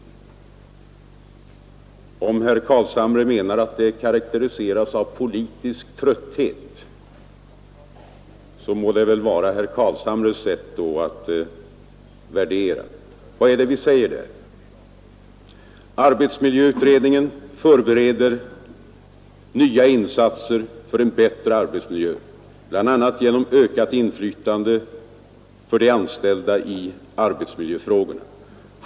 Om herr Carlshamre menar att presentationen där karakteriseras av politisk trötthet, må det vara herr Carlshamres sätt att värdera. Vad vi säger är: ”Arbetsmiljöutredningen förbereder nya insatser för en bättre arbetsmiljö bl.a. genom ökat inflytande för de anställda i arbetsmiljöfrågorna.